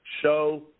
show